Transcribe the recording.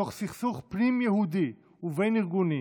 תוך סכסוך פנים-יהודי ובין-ארגוני,